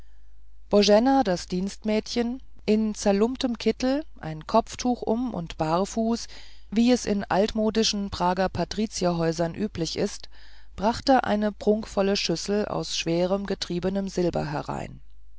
boena das dienstmädchen in zerlumpten kittel ein kopftuch um und barfuß wie es in altmodischen prager patrizierhäusern üblich ist brachte eine prunkvolle schüssel aus schwerem getriebenem silber herein